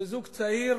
שזוג צעיר